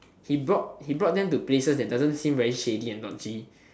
he brought he brought them to places that doesn't seem very shady and noisy